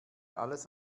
alles